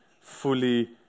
fully